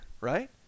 right